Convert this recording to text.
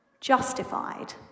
justified